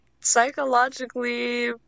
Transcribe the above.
psychologically